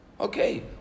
Okay